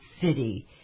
city